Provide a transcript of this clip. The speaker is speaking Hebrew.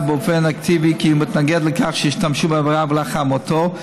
באופן אקטיבי התנגדות לכך שישתמשו באיבריו לאחר מותו,